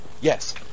Yes